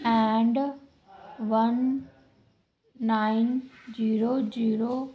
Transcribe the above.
and one nine zero zero